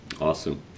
Awesome